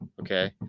okay